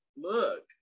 look